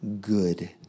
good